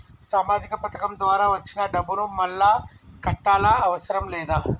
సామాజిక పథకం ద్వారా వచ్చిన డబ్బును మళ్ళా కట్టాలా అవసరం లేదా?